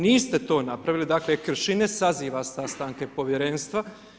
Niste to napravili, dakle krši ne saziva sastanke povjerenstva.